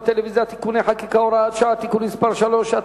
בטלוויזיה) (תיקוני חקיקה) (הוראות שעה) (תיקון מס' 3),